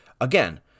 Again